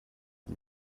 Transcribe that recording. die